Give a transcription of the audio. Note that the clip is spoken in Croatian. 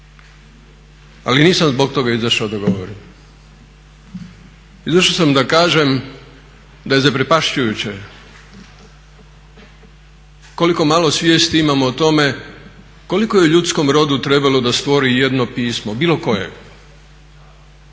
Ali nisam zbog toga izašao da govorim. Izašao sam da kažem da je zaprepašćujuće koliko malo svijesti imamo o tome koliko je ljudskom rodu trebalo da stvori jedno pismo bilo koje,